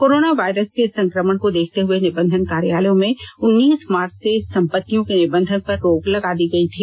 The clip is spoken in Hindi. कोरोना वायरस के संक्रमण को देखते हुए निबंधन कार्यालयों में उन्नीस मार्च से संपत्तियों के निबंधन पर रोक लगा दी गई थी